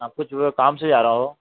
आप कुछ वो काम से जा रहा हो